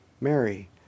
Mary